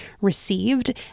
received